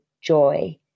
joy